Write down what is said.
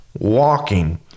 walking